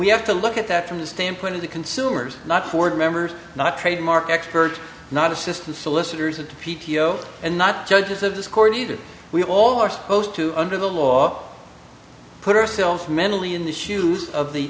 we have to look at that from the standpoint of the consumers not ford members not trademark experts not assistance solicitors and p t o and not judges of this court either we all are supposed to under the law put ourselves mentally in the shoes of the